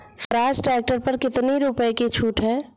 Swaraj tractor पर कितनी रुपये की छूट है?